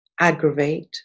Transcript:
aggravate